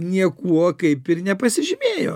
niekuo kaip ir nepasižymėjo